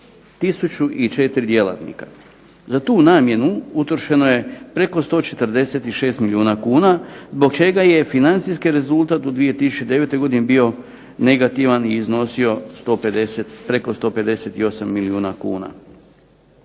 zbrinuto 1004 djelatnika. Za tu namjenu utrošeno je preko 146 milijuna kuna zbog čega je financijski rezultat u 2009. godini bio negativan i iznosio preko 158 milijuna kuna.